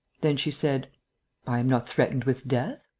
then she said i am not threatened with death.